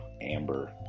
amber